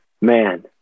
Man